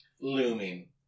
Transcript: Looming